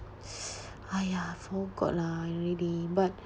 !haiya! forgot lah already but